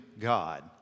God